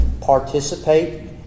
participate